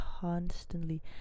constantly